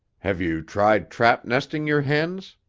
have you tried trap-nesting your hens?